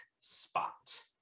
spot